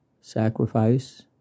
sacrifice